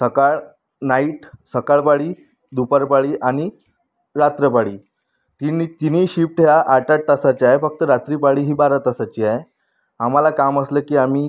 सकाळ नाईट सकाळ पाळी दुपार पाळी आणि रात्र पाळी तिन्ही तिन्ही शिफ्ट या आठाआठ तासाच्या आहे फक्त रात्री पाळी ही बारा तासाची आहे आम्हाला काम असलं की आम्ही